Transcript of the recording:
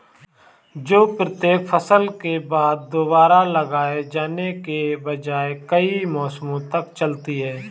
जो प्रत्येक फसल के बाद दोबारा लगाए जाने के बजाय कई मौसमों तक चलती है